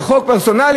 זה חוק פרסונלי?